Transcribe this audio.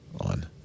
on